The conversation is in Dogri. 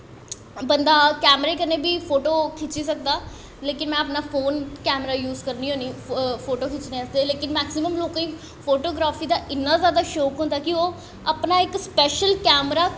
बंदा कैमरे कन्नै बी फोटो खिच्ची सकदा लोकिन में अपना फोन कैमरा यूज करनीं होन्नी फोटो खिच्चनें आस्तै लेकिन मैकसिमम लोकें गी फोटोग्राफी दा इन्ना जादा शौंक होंदा कि ओह् अपना इक स्पैशल कैमरा